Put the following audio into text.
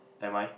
am I